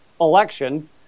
election